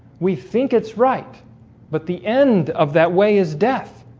we think it's right but the end of that way is death